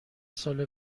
ساله